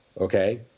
okay